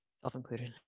self-included